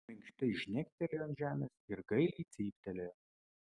minkštai žnektelėjo ant žemės ir gailiai cyptelėjo